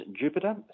Jupiter